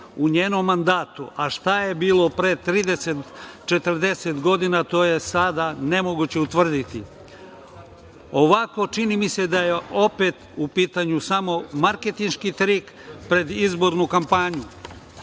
u njenom mandatu, a šta je bilo pre 30, 40 godina, to je sada nemoguće utvrditi. Ovako, čini mi se da je opet u pitanju samo marketingški trik pred izbornu kampanju.